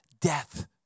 death